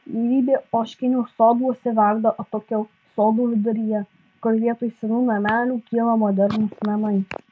gyvybė ožkinių soduose verda atokiau sodų viduryje kur vietoj senų namelių kyla modernūs namai